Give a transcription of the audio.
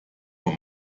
von